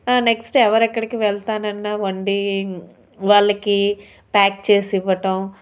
next ఎవరు ఎక్కడికి వెళ్ళాలన్నా వండి వాళ్ళకి ప్యాక్ చేసి ఇవ్వటం